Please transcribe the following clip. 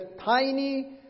tiny